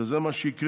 וזה מה שיקרה.